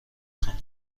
خانم